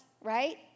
right